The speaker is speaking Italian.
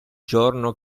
giorno